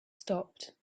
stopped